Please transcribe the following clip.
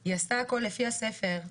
היא עשתה הכל לפי הספר,